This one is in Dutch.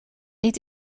niet